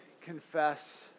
confess